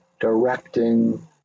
directing